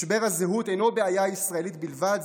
משבר הזהות אינו בעיה ישראלית בלבד,